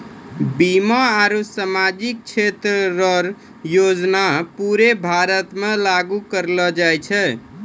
बीमा आरू सामाजिक क्षेत्र रो योजना पूरे भारत मे लागू करलो जाय छै